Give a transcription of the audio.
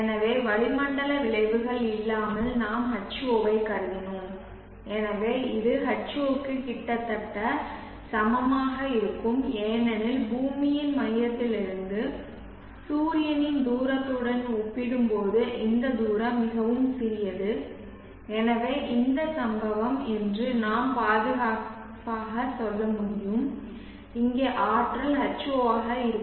எனவே வளிமண்டல விளைவுகள் இல்லாமல் நாம் H0 ஐக் கருதினோம் எனவே இது H0 க்கு கிட்டத்தட்ட சமமாக இருக்கும் ஏனெனில் பூமியின் மையத்திலிருந்து சூரியனின் தூரத்துடன் ஒப்பிடும்போது இந்த தூரம் மிகவும் சிறியது எனவே இந்த சம்பவம் என்று நாம் பாதுகாப்பாக சொல்ல முடியும் இங்கே ஆற்றல் H0 ஆக இருக்கும்